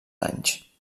anys